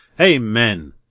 Amen